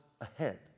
ahead